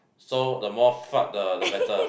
so the more fart the the better